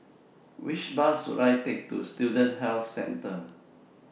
Which Bus should I Take to Student Health Centre